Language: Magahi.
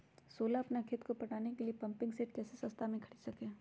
सोलह अपना खेत को पटाने के लिए पम्पिंग सेट कैसे सस्ता मे खरीद सके?